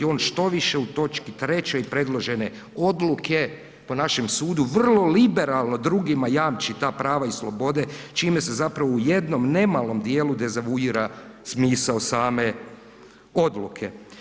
On štoviše u točki trećoj predložene odluke po našem sudu vrlo liberalno drugima jamči ta prava i slobode čime se zapravo u jednom nemalom dijelu dezavuira smisao same odluke.